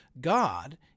God